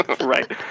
Right